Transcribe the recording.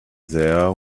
there